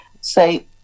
say